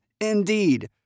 indeed